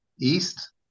east